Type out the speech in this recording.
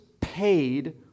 paid